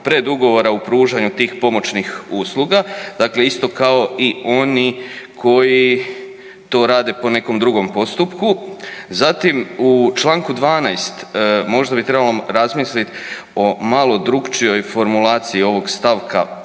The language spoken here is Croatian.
predugovora u pružanju tih pomoćnih usluga, dakle isto kao i oni koji to rade po nekom drugom postupku. Zatim u čl. 12. možda bi trebalo razmislit o malo drukčijoj formulaciji ovog st.